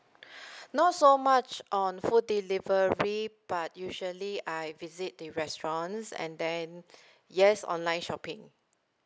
not so much on food delivery but usually I visit the restaurants and then yes online shopping